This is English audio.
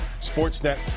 Sportsnet